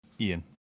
ian